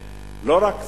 לא רק זה,